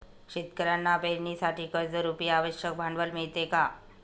शेतकऱ्यांना पेरणीसाठी कर्जरुपी आवश्यक भांडवल मिळते का?